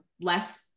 less